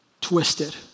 twisted